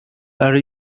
are